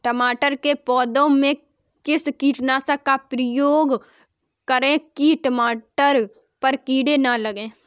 टमाटर के पौधे में किस कीटनाशक का उपयोग करें कि टमाटर पर कीड़े न लगें?